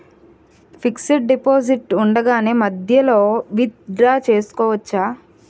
Fixed deposit ఉండగానే మధ్యలో withdraw చేసుకోవచ్చా?